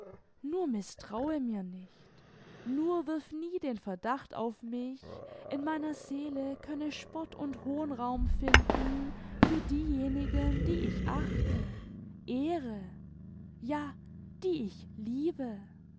nur mißtraue mir nicht nur wirf nie den verdacht auf mich in meiner seele könne spott und hohn raum finden für diejenigen die ich achte ehre ja die ich liebe